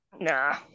nah